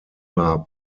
wah